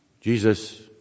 Jesus